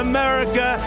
America